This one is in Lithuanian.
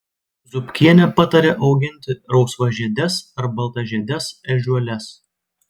zupkienė patarė auginti rausvažiedes ar baltažiedes ežiuoles